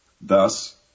Thus